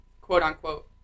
quote-unquote